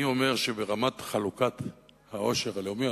אני אומר שברמת חלוקת העושר הלאומי,